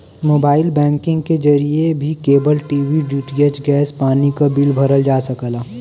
mobile banking के जरिए भी केबल टी.वी डी.टी.एच गैस पानी क बिल भरल जा सकला